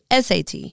SAT